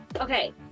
Okay